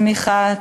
תמיכה,